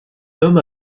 homme